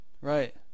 Right